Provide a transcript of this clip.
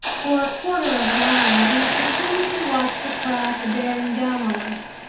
for a quarter of an hour, we continued to watch the craft bearing down on us.